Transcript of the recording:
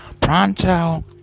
pronto